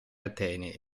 atene